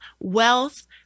Wealth